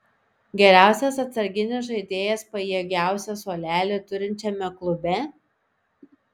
geriausias atsarginis žaidėjas pajėgiausią suolelį turinčiame klube